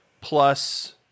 plus